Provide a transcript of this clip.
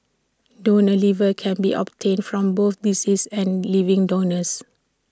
donor livers can be obtained from both deceased and living donors